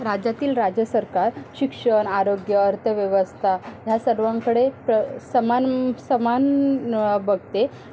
राज्यातील राज्यसरकार शिक्षण आरोग्य अर्थव्यवस्था ह्या सर्वांकडे प्र समान समान बघते